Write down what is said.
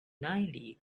ninety